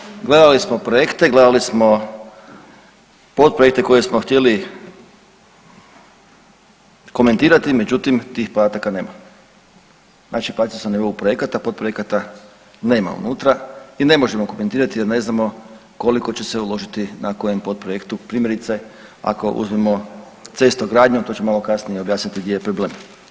Gledali smo, gledali smo projekte, gledali smo potprojekte koje smo htjeli komentirati, međutim tih podataka nema, znači … [[Govornik se ne razumije]] projekata, potprojekata nema unutra i ne možemo komentirati jer ne znamo koliko će se uložiti na kojem potprojektu, primjerice ako uzmemo cestogradnju, a to ću malo kasnije objasniti gdje je problem.